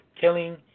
killing